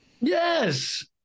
Yes